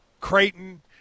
Creighton